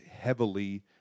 heavily